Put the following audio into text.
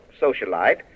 socialite